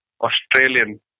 Australian